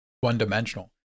one-dimensional